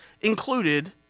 included